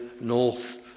north